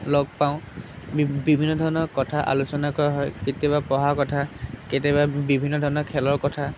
লগ পাঁও বিভিন্ন ধৰণৰ কথা আলোচনা কৰা হয় কেতিয়াবা পঢ়াৰ কথা কেতিয়াবা বিভিন্ন ধৰণৰ খেলৰ কথা